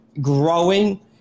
growing